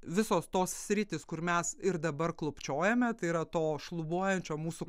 visos tos sritys kur mes ir dabar klupčiojame tai yra to šlubuojančio mūsų